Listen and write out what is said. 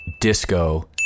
disco